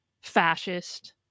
fascist